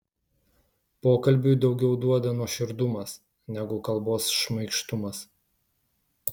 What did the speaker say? pokalbiui daugiau duoda nuoširdumas negu kalbos šmaikštumas